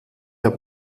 der